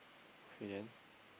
okay then